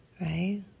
Right